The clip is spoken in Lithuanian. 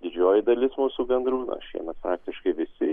didžioji dalis mūsų gandrų na šiemet praktiškai visi